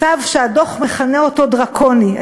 צו שהדוח מכנה אותו דרקוני.